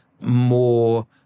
more